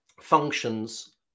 functions